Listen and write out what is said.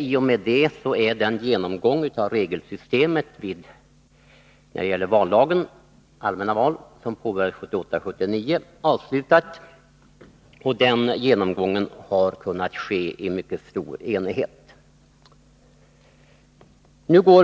I och med detta är den genomgång av vallagens regelsystem när det gäller allmänna val som påbörjades 1978-1979 avslutad. Den genomgången har kunnat ske i mycket stor enighet.